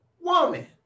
woman